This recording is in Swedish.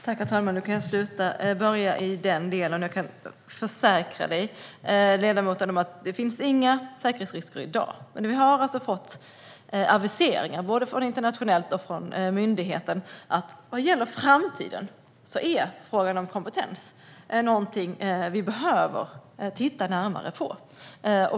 Herr talman! Då kan jag börja med att försäkra ledamoten om att det inte finns några säkerhetsrisker i dag. Nu har vi fått aviseringar, både internationellt och från myndigheten, om att i framtiden är frågan om kompetens något som vi behöver titta närmare på.